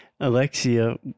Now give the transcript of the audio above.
Alexia